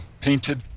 painted